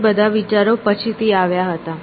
તે બધા વિચારો પછીથી આવ્યા હતા